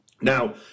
Now